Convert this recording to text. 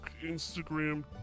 Instagram